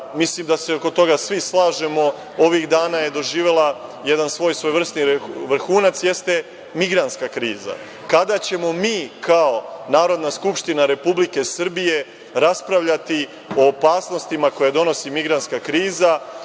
mislim da se oko toga svi slažemo, ovih dana je doživela jedan svoj svojevrsni vrhunac jeste migrantska kriza. Kada ćemo mi kao Narodna skupština Republike Srbije raspravljati o opasnostima koje donosi migrantska kriza,